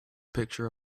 picture